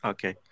Okay